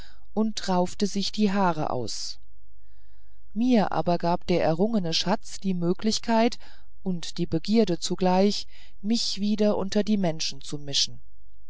und raufte sich das haar aus mir aber gab der errungene schatz die möglichkeit und die begierde zugleich mich wieder unter die menschen zu mischen